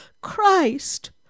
Christ